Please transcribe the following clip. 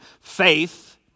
Faith